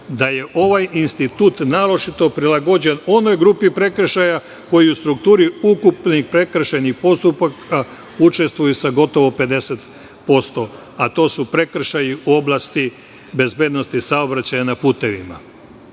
da je ovaj institut naročito prilagođen onoj grupi prekršaja koji u strukturi ukupnih prekršajnih postupaka učestvuje sa gotovo 50%, a to su prekršaji u oblasti bezbednosti saobraćaja na putevima. Shodno